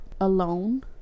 alone